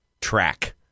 track